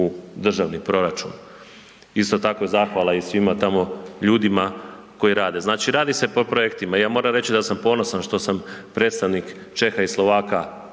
u državni proračun. Isto tako, zahvala i svima tamo ljudima koji rade. Znači, radi se po projektima i ja moram reći da sam ponosan što sam predstavnik Čeha i Slovaka